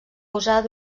usar